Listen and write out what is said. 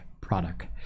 product